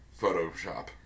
Photoshop